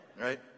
right